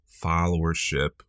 followership